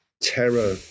terror